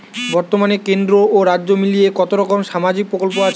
বতর্মানে কেন্দ্র ও রাজ্য মিলিয়ে কতরকম সামাজিক প্রকল্প আছে?